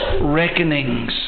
reckonings